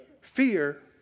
Fear